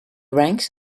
ranks